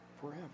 forever